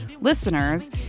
listeners